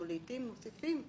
אנחנו לעיתים מוסיפים,